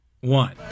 One